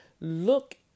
look